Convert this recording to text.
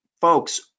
folks